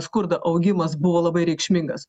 skurdo augimas buvo labai reikšmingas